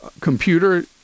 Computer